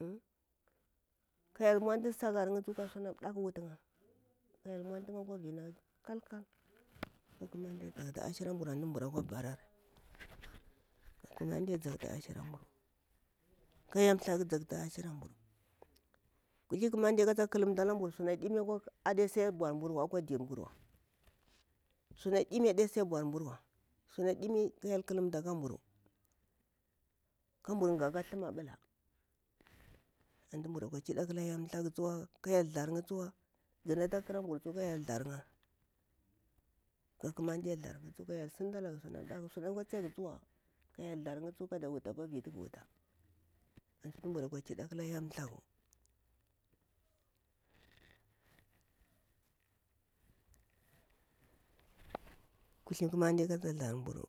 Uhmm ka hyel muntu sakar'ya ka suna ɗaku wutu'ya ka hyel muntu'ya akwa vina kal- kal ka ƙamanəe thakta ashiramburu antu mbura kwa barari ka ƙamde thaktu ashinra mburu ka hyel thaku thaktu ashiramburu ka kuthli ƙaməe thaktu ashiramburu kata ƙalumta suna ɗimi ade si aɓau burwa suna dimi ade si aɓau burwa suna dimi ka hyel ƙu lumtalamburu kabur gha ka thum aɓula antu bura kwa ɗika akala hyel thak tsuwa, ganata ƙarambuni tsuwa ka hyel thar'ya ƙamde thar'ya ka hyel sintalaga suna ɗaku suna kwa tsiya ga tsuwa ka hyel ‘ya tsuwa kada wuta apa lukutu ga wuta antu mbura kwa ƙida akala hyel thaku, kuthli ƙamande kata tharmburu